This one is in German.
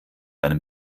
einem